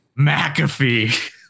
McAfee